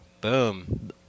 Boom